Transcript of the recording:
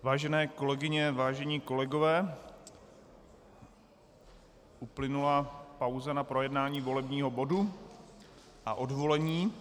Vážené kolegyně, vážení kolegové, uplynula pauza na projednání volebního bodu a odvolení.